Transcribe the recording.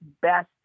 best